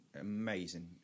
Amazing